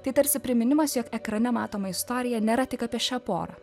tai tarsi priminimas jog ekrane matoma istorija nėra tik apie šią porą